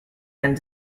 and